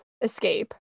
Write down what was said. escape